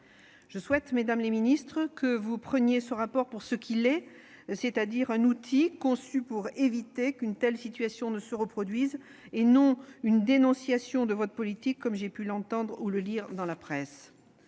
la secrétaire d'État, que vous preniez ce rapport pour ce qu'il est, soit un outil destiné à éviter qu'une telle situation ne se reproduise, et non une dénonciation de votre politique, comme j'ai pu l'entendre ou le lire dans la presse.